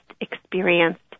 experienced